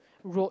road